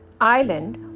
Island